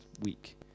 week